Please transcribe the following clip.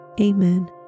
Amen